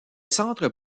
centres